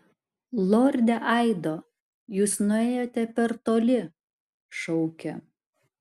lorde aido jūs nuėjote per toli šaukė